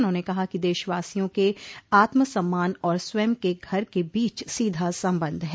उन्होंने कहा कि देशवासियों के आत्म सम्मान और स्वयं के घर के बीच सीधा संबंध है